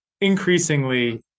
increasingly